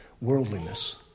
worldliness